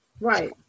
right